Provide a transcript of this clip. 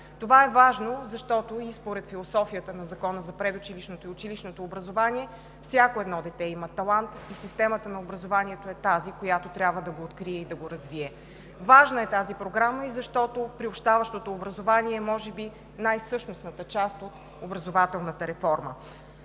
Това е важно, защото според философията и на Закона за предучилищното и училищното образование всяко дете има талант и системата на образованието е тази, която трябва да го открие и да го развие. Тази програма е важна и защото приобщаващото образование може би е най-същностната част от образователната реформа.